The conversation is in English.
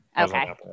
okay